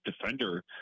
defender